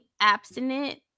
abstinent